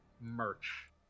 merch